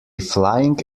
flying